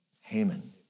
Haman